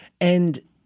And-